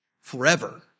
forever